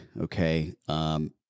okay